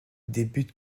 débute